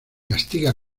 castiga